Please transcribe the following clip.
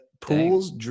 pools